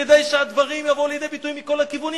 כדאי שהדברים יבואו לידי ביטוי מכל הכיוונים,